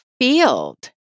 field